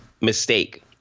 mistake